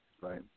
Right